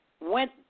went